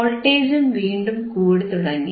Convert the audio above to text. വോൾട്ടേജും വീണ്ടും കൂടിത്തുടങ്ങി